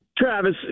Travis